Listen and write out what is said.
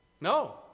No